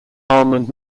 almond